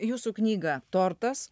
jūsų knygą tortas